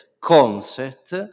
concept